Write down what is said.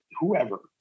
whoever